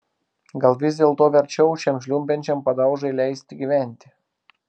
gal vis dėlto verčiau šiam žliumbiančiam padaužai leisti gyventi